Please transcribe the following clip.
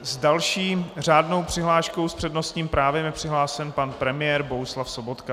S další řádnou přihláškou s přednostním právem je přihlášen pan premiér Bohuslav Sobotka.